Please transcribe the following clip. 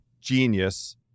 genius